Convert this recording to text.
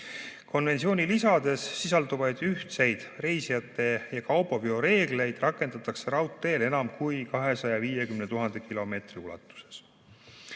Konventsiooni lisades sisalduvaid ühtseid reisijate ja kaubaveo reegleid rakendatakse raudteel enam kui 250 000 kilomeetri ulatuses.